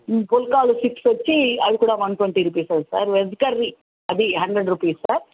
పుల్కాలు సిక్స్ వచ్చి అవి కూడా twenty rupees sir veg curry అది హండ్రెడ్ రుపీస్ సార్